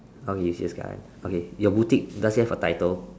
okay you see the skyline okay your boutique does it have a title